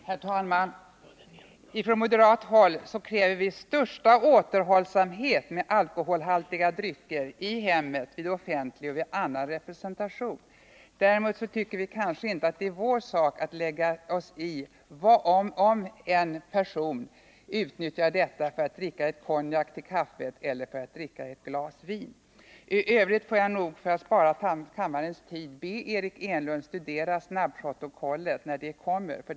Herr talman! Från moderat håll kräver vi största återhållsamhet med alkoholhaltiga drycker i hemmet, vid offentlig och annan representation. Däremot tycker vi inte att det är vår sak att lägga oss i om en person dricker konjak till kaffet eller ett glas vin till maten. I övrigt får jag, för att spara kammarens tid, be Eric Enlund att studera snabbprotokollet när det kommer.